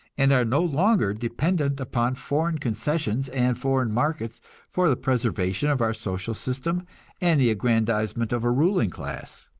and are no longer dependent upon foreign concessions and foreign markets for the preservation of our social system and the aggrandizement of a ruling class.